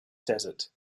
desert